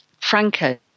Franco